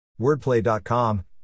Wordplay.com